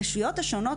הרשויות השונות,